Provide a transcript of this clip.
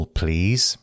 please